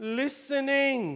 listening